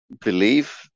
believe